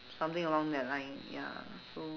something along that line ya so